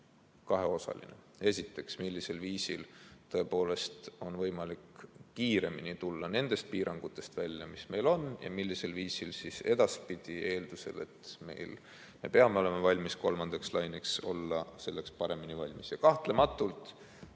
kaheosaline. Esiteks, millisel viisil on võimalik tulla kiiremini välja nendest piirangutest, mis meil on, ja millisel viisil edaspidi, eeldusel, et me peame olema valmis kolmandaks laineks, olla selleks paremini valmis? Ja kahtlematult,